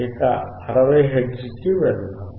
ఇక 60 హెర్ట్జ్కి వెళ్దాం